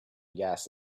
gas